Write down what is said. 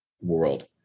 world